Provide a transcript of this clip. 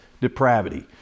depravity